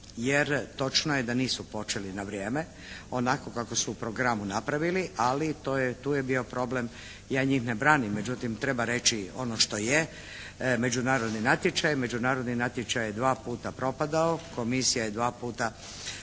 jer točno je da nisu počeli na vrijeme onako kako su u programu napravili ali tu je bio problem. Ja njih ne branim, međutim treba reći ono što je, međunarodni natječaj. Međunarodni natječaj je dva puta propadao, komisija je dva puta